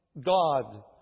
God